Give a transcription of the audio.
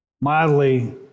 mildly